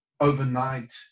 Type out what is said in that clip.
overnight